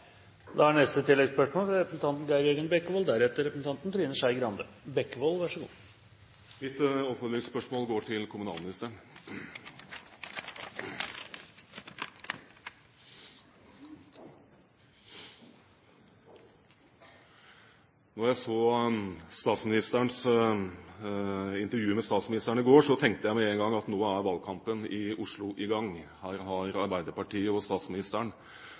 Geir Jørgen Bekkevold – til oppfølgingsspørsmål. Mitt oppfølgingsspørsmål går til kommunalministeren. Da jeg så intervjuet med statsministerens i går, tenkte jeg med en gang at nå er valgkampen i Oslo i gang. Her har Arbeiderpartiet og statsministeren